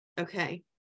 Okay